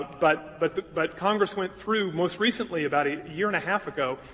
but but but congress went through, most recently about a year and a half ago,